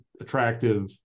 attractive